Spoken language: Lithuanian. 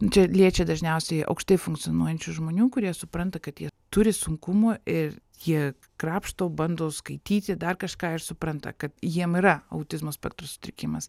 čia liečia dažniausiai aukštai funkcionuojančių žmonių kurie supranta kad jie turi sunkumų ir jie krapšto bando skaityti dar kažką ir supranta kad jiem yra autizmo spektro sutrikimas